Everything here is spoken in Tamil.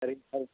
சரிங்க சார்